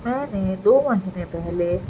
میں نے دو مہینے پہلے